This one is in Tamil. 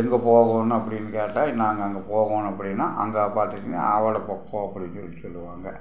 எங்கே போகணும் அப்படின்னு கேட்டால் நாங்கள் அங்கே போகணும் அப்படின்னா அங்கே பார்த்துட்டீங்கன்னா அவ்வட போய்க்கோ அப்படின்னு சொல்லி சொல்லுவாங்க